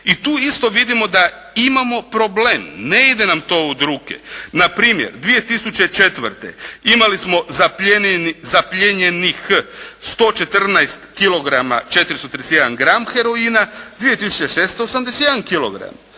i tu isto vidimo da imamo problem, ne ide nam to od ruke. Npr. 2004. imali smo zaplijenjenih 114 kilograma 431 gram heroina, 2006.